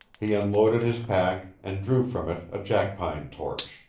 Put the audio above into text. he unloaded his pack and drew from it a jackpine torch,